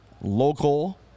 local